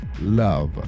love